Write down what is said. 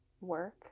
work